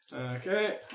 Okay